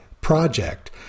project